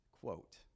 quote